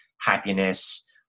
happiness